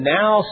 now